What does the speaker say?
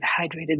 hydrated